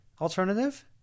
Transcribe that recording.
Alternative